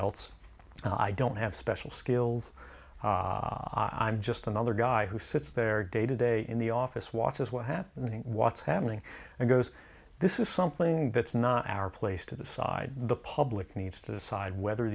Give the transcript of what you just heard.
else i don't have special skills i'm just another guy who sits there day to day in the office watches what happening what's happening and goes this is something that's not our place to the side the public needs to decide whether